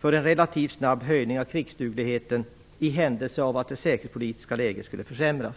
för en relativt snabb höjning av krigsdugligheten i händelse av att det säkerhetspolitiska läget skulle försämras.